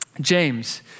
James